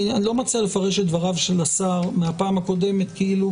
אני לא מציע לפרש את דבריו של השר מהפעם הקודמת כאלו